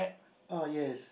uh yes